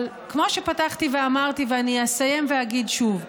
אבל כמו שפתחתי ואמרתי, אני אסיים ואגיד שוב: